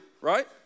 right